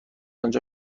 انجا